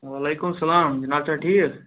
وعلیکُم السلام جِناب چھا ٹھیٖک